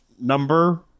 number